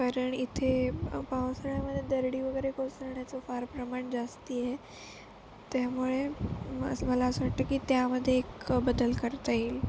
कारण इथे पावसाळ्यामध्ये दरडी वगैरे कोसळण्याचं फार प्रमाण जास्ती आहे त्यामुळे मग मला असं वाटतं की त्यामध्ये एक बदल करता येईल